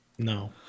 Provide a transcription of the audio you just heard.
No